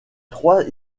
trois